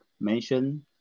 mention